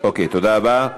תודה רבה.